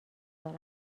دارد